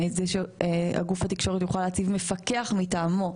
גוף התקשורת יוכל להציב מפקח מטעמו,